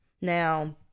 now